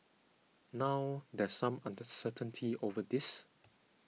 now there's some uncertainty over this